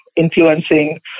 influencing